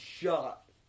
shot